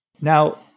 Now